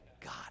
God